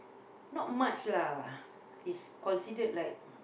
not much lah is considered like